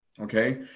okay